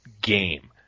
game